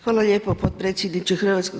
Hvala lijepo potpredsjedniče HS.